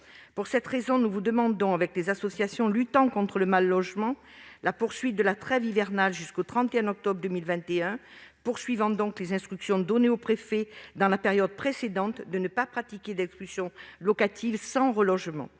Pour cette raison, nous vous demandons, avec les associations luttant contre le mal-logement, le maintien de la trêve hivernale jusqu'au 31 octobre 2021, en confirmant les instructions données aux préfets dans la période précédente de ne pas pratiquer d'expulsions locatives sans relogement.